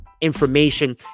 information